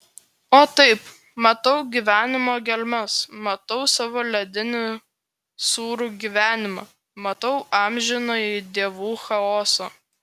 o taip matau gyvenimo gelmes matau savo ledinį sūrų gyvenimą matau amžinąjį dievų chaosą